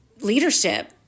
leadership